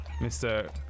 Mr